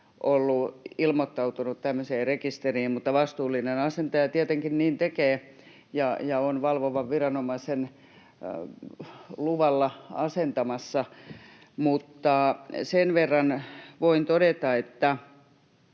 olla ilmoittautunut tämmöiseen rekisteriin. Vastuullinen asentaja tietenkin niin tekee ja on valvovan viranomaisen luvalla asentamassa. Sen verran voin todeta, että